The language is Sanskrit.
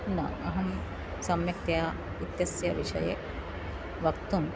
न अहं सम्यक्तया इत्यस्य विषये वक्तुम्